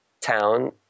town